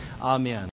Amen